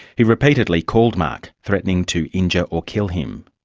he repeatedly called mark, threatening to injure or kill him.